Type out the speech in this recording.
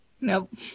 Nope